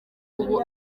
ubu